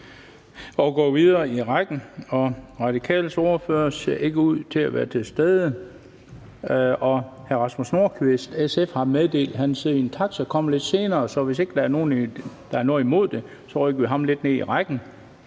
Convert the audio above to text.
og går videre i rækken. Radikales ordfører ser ikke ud til at være til stede, og hr. Rasmus Nordqvist, SF, har meddelt, at han sidder i en taxa og kommer lidt senere, så hvis der ikke er nogen, der har noget imod det, så rykker vi ham lidt ned i rækken